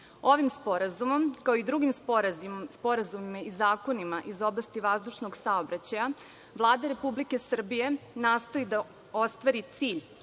sporazumom, kao i drugim sporazumima i zakonima iz oblasti vazdušnog saobraćaja, Vlada Republike Srbije nastoji da ostvari cilj